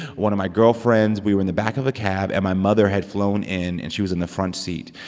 one of my girlfriends. we were in the back of a cab. and my mother had flown in, and she was in the front seat.